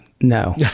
No